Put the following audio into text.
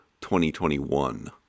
2021